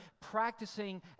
practicing